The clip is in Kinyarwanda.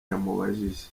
yamubajije